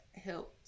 helped